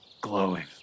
glowing